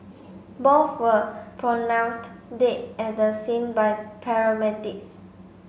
both were pronounced dead at the scene by paramedics